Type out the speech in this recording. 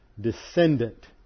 descendant